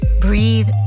Breathe